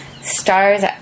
stars